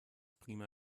prima